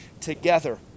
together